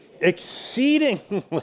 Exceedingly